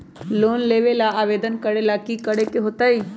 Loan लेबे ला आवेदन करे ला कि करे के होतइ?